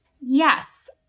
Yes